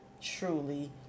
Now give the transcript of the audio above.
truly